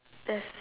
that's